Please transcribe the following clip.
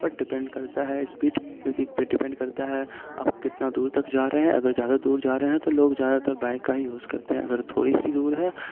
but depend کرتا ہے speed پہ ڈپینڈ کرتا ہے آپ کتنا دور تک جا رہے ہیں اگر زیادہ دور جا رہے ہیں تو لوگ زیادہ تر بائک کا ہی یوز کرتے ہیں اگر تھوڑی سی دور ہے